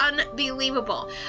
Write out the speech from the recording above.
unbelievable